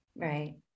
Right